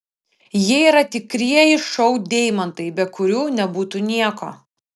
jie yra tikrieji šou deimantai be kurių nebūtų nieko